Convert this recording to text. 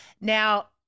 now